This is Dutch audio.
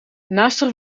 naarstig